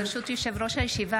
ברשות יושב-ראש הישיבה,